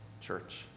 church